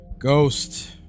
Ghost